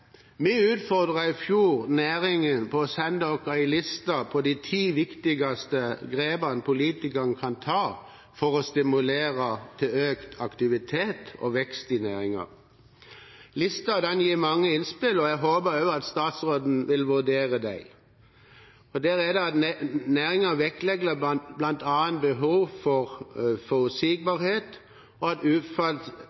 Vi utfordret i fjor næringen med tanke på å sende oss en liste over de ti viktigste grepene politikerne kan ta for å stimulere til økt aktivitet og vekst i næringen. Listen gir mange innspill, og jeg håper at statsråden vil vurdere dem. Næringen vektlegger bl.a. behovet for forutsigbarhet, og at